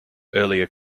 earlier